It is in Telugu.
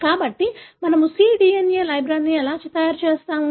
కాబట్టి మన ము c DNA లైబ్రరీలను ఎలా తయారు చేస్తాము